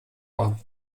warm